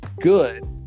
good